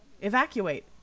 Evacuate